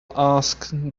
ask